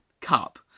Cup